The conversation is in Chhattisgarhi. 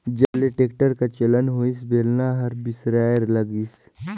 जब ले टेक्टर कर चलन होइस बेलना हर बिसराय लगिस